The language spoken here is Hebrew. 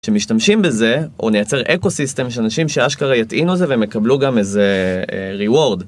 שמשתמשים בזה, או נייצר אקו סיסטם של אנשים שאשכרה יטעינו זה והם יקבלו גם איזה ריוורד.